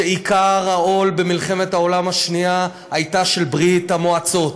שעיקר העול במלחמת העולם השנייה היה של ברית המועצות,